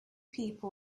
people